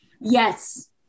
yes